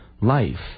life